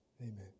Amen